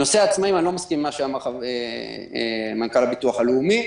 לנושא העצמאיים אני לא מסכים עם מה שאמר מנכ"ל הביטוח הלאומי,